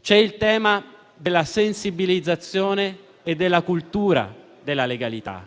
C'è il tema della sensibilizzazione e della cultura della legalità,